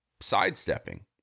sidestepping